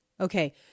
Okay